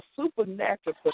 supernatural